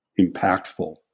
impactful